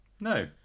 No